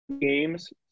games